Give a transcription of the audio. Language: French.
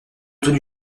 tenu